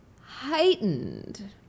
heightened